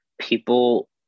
people